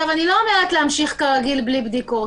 אני לא אומרת להמשיך כרגיל ללא בדיקות.